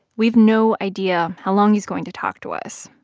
we have no idea how long he's going to talk to us,